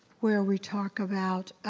where we talk about